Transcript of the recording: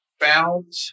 found